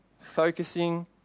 focusing